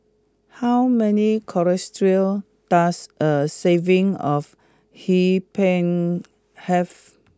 how many colo does a serving of Hee Pan have